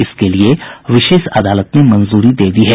इसके लिये विशेष अदालत ने मंजूरी दे दी है